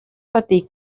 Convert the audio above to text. patir